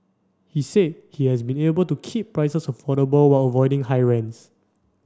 he said he has been able to keep prices affordable while avoiding high rents